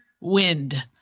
wind